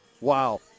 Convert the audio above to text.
Wow